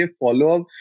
follow-up